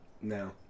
No